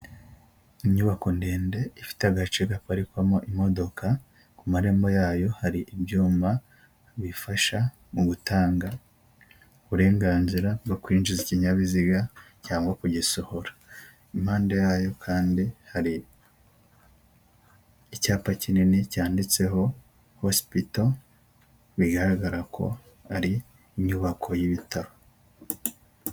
Inyubako ndende, ifite agace gaparikwamo imodoka, ku marembo yayo hari ibyuma bifasha mu gutanga uburenganzira bwo kwinjiza ikinyabiziga, cyangwa kugisohora, impande yayo kandi hari icyapa kinini cyanditseho hospital, bigaragara ko ari inyubako y'ibitaro.